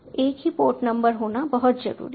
एक ही port number होना बहुत जरूरी है